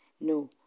No